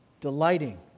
delighting